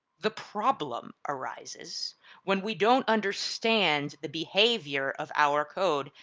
the problem arises when we don't understand the behavior of our code,